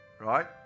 right